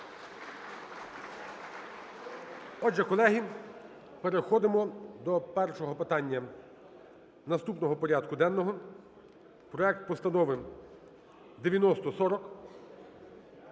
Отже, колеги, переходимо до першого питання наступного порядку денного: проект Постанови 9040.